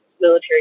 military